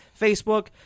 Facebook